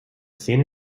szene